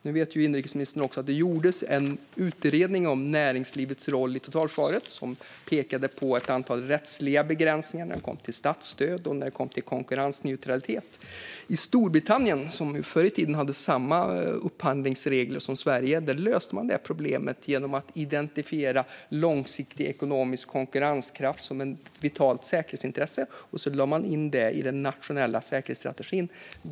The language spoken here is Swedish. Nu vet inrikesministern att det gjordes en utredning om näringslivets roll i totalförsvaret som pekade på ett antal rättsliga begräsningar när det kom till statsstöd och konkurrensneutralitet. I Storbritannien, som förr i tiden hade samma upphandlingsregler som Sverige, löste man det problemet genom att identifiera långsiktig ekonomisk konkurrenskraft som ett vitalt säkerhetsintresse. Sedan lade man in det i den nationella säkerhetsstrategin.